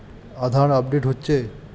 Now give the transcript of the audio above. আধার update হচ্ছে?